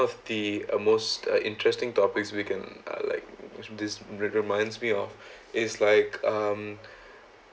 the uh most interesting topics we can like uh this re~ reminds me of is like um